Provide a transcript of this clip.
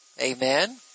Amen